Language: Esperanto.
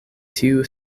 tiu